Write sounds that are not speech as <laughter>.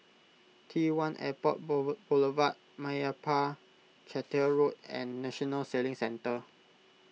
T one Airport <unintelligible> Boulevard Meyappa Chettiar Road and National Sailing Centre